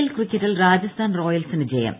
L ക്രിക്കറ്റിൽ രാജസ്ഥാൻ റോയൽസിന് ജയം